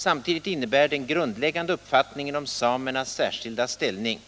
Samtidigt innebär den grund 150 läggande uppfattningen om samernas särskilda ställning